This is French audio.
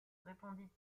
répondit